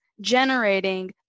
generating